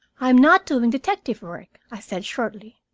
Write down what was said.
i am not doing detective work, i said shortly.